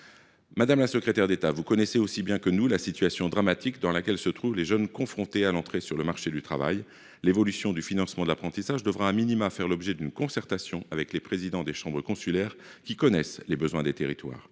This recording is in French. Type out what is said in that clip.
Madame la secrétaire d’État, vous connaissez aussi bien que nous la situation dramatique dans laquelle se trouvent les jeunes pour accéder au marché du travail. L’évolution du financement de l’apprentissage devrait faire l’objet d’une concertation avec les présidents des chambres consulaires, eux qui connaissent les besoins des territoires.